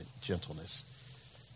gentleness